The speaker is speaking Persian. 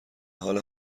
حال